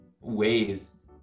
ways